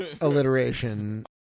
alliteration